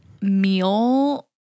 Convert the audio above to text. meal